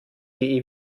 die